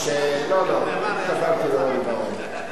לא, לא, התכוונתי לרוני בר-און.